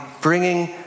bringing